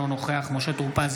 אינו נוכח משה טור פז,